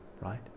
Right